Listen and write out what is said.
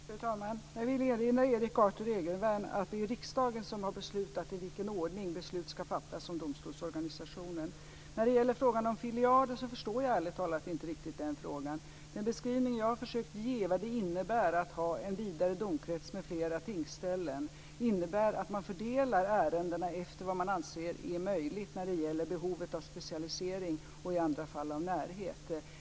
Fru talman! Jag vill erinra Erik Arthur Egervärn att det är riksdagen som har beslutat i vilken ordning beslut ska fattas om domstolsorganisationen. Frågan om filialer förstår jag ärligt talat inte riktigt. Jag har försökt ge en beskrivning av vad det innebär att ha en vidare domkrets med flera tingsställen, nämligen att man fördelar ärendena efter vad man anser vara möjligt när det gäller behovet av specialisering och i andra fall av närhet.